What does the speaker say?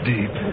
Deep